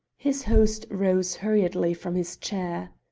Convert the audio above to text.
his host rose hurriedly from his chair.